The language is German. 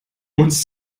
uns